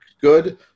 good